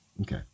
Okay